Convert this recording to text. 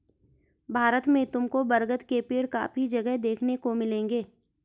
भारत में तुमको बरगद के पेड़ काफी जगह देखने को मिलेंगे